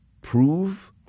prove